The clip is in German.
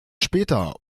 später